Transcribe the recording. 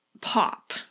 pop